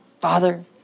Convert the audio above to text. Father